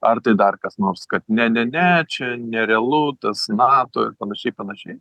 ar tai dar kas nors kad ne ne ne čia nerealu tas nato ir panašiai panašiai